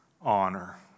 honor